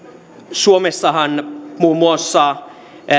suomessahan muun muassa